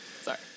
Sorry